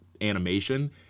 animation